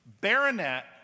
Baronet